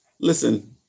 listen